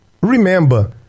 remember